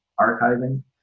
archiving